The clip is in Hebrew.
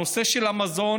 הנושא של המזון,